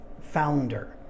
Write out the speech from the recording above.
founder